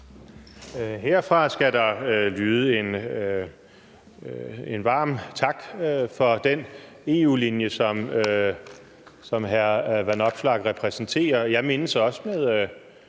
Herfra skal der lyde en varm tak for den EU-linje, som hr. Alex Vanopslagh repræsenterer.